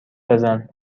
بزن